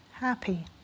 Happy